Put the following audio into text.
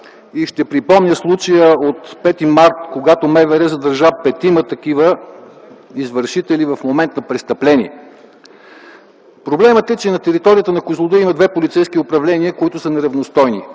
И ще припомня случая от 5 март, когато МВР задържа петима такива извършители в момент на престъпление. Проблемът е, че на територията на Козлодуй има две полицейски управления, които са неравностойни.